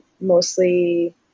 mostly